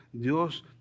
Dios